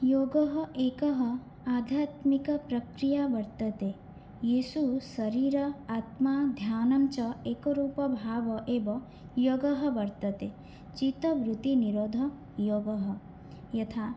योगः एकः आध्यात्मिकप्रक्रिया वर्तते येषु शरीर आत्मा ध्यानं च एकरूपभावः एव योगः वर्तते चित्तवृत्तिनिरोधः योगः यथा